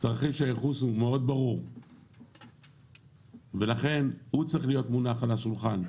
תרחיש הייחוס הוא מאוד ברור והוא צריך להיות מונח על השולחן.